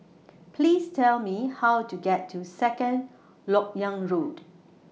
Please Tell Me How to get to Second Lok Yang Road